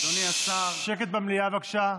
שקט במליאה, בבקשה.